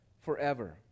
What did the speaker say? forever